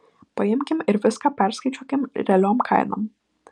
paimkim ir viską perskaičiuokim realiom kainom